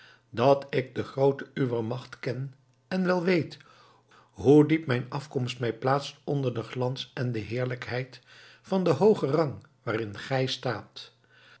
dat ik de grootte uwer macht ken en wel weet hoe diep mijn afkomst mij plaatst onder den glans en de heerlijkheid van den hoogen rang waarin gij staat